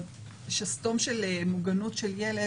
שסתום של מוגנות של ילד,